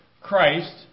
Christ